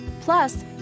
Plus